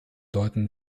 bedeuten